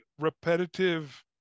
repetitive